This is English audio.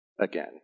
again